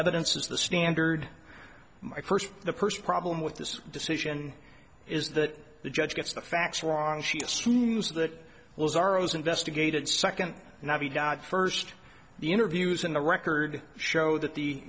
evidence is the standard my first the first problem with this decision is that the judge gets the facts wrong she assumes that was our rose investigated second and i got first the interviews in the record show that the